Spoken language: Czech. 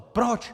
Proč?